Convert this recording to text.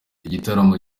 igitaramo